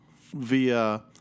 via